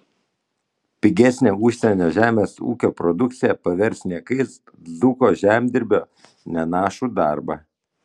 pigesnė užsienio žemės ūkio produkcija pavers niekais dzūko žemdirbio nenašų darbą